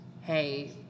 hey